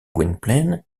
gwynplaine